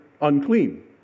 unclean